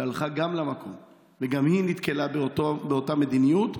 שהלכה גם היא למקום וגם היא נתקלה באותה מדיניות,